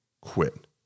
quit